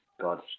god